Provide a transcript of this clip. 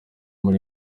muri